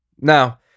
Now